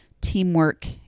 teamwork